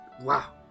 wow